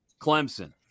Clemson